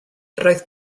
roedd